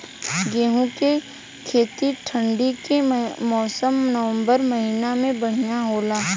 गेहूँ के खेती ठंण्डी के मौसम नवम्बर महीना में बढ़ियां होला?